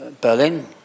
Berlin